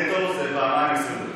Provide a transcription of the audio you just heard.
נטו זה פעמיים 20 דקות.